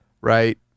right